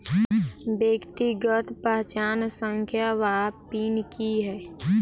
व्यक्तिगत पहचान संख्या वा पिन की है?